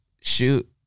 shoot